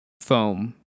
foam